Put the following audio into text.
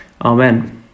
Amen